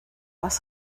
was